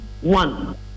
one